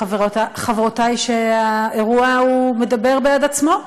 חברותי, שהאירוע מדבר בעד עצמו.